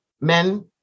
men